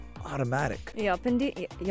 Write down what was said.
automatic